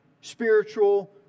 spiritual